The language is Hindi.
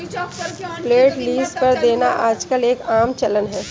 फ्लैट लीज पर देना आजकल एक आम चलन है